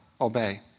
obey